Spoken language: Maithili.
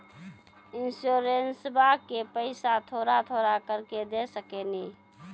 इंश्योरेंसबा के पैसा थोड़ा थोड़ा करके दे सकेनी?